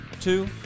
Two